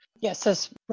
Yes